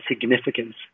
significance